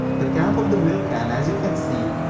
the cap of the milk can, as you can see,